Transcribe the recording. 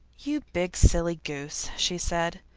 you big silly goose! she said.